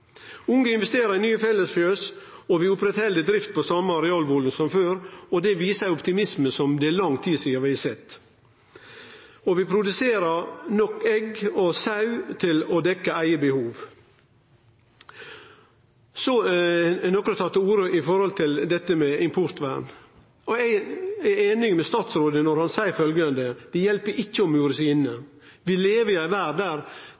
Unge investerer i nye fellesfjøs, og vi held oppe drift på same arealvolum som før. Det viser ein optimisme som det er lang tid sidan vi har sett. Vi produserer nok egg og sauekjøt til å dekkje eige behov. Nokre tar til orde for dette med importvern. Eg er einig med statsråden når han seier: Det hjelper ikkje å mure seg inne. Vi lever i ei verd der